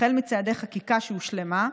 החל בצעדי חקיקה שהושלמה,